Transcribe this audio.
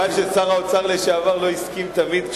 חבל ששר האוצר לשעבר לא הסכים תמיד,